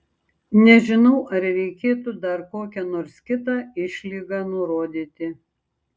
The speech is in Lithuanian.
nežinau ar reikėtų dar kokią nors kitą išlygą nurodyti